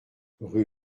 rue